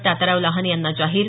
तात्याराव लहाने यांना जाहीर